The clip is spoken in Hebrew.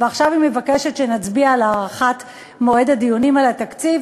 ועכשיו היא מבקשת שנצביע על הארכת מועד הדיונים על התקציב?